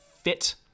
fit